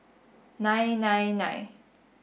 nine nine nine